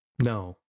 no